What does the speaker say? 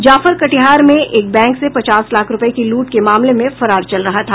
जाफर कटिहार में एक बैंक से पचास लाख रूपये की लूट के मामले में फरार चल रहा था